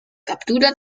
captura